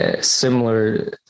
similar